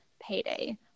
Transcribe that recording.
payday